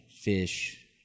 fish